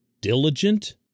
diligent